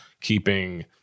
keeping –